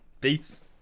Peace